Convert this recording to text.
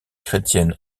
chrétienne